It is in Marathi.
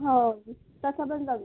हो तसंपण जाऊ